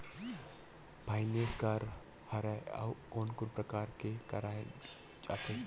Finance का हरय आऊ कोन कोन प्रकार ले कराये जाथे?